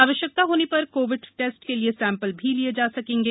आवश्यकता होने पर कोविड टेस्ट के लिए सक्कपल भी लिये जा सकेंगे